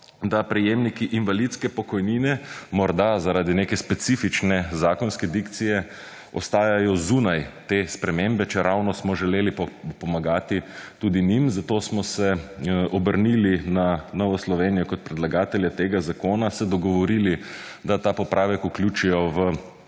da prejemniki invalidske pokojnine morda zaradi neke specifične zakonske dikcije ostajajo zunaj te spremembe, čeravno smo želeli pomagati tudi njim, zato smo se obrnili na Novo Slovenijo kot predlagatelja tega zakona, se dogovorili, da ga popravek vključijo v